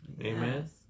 amen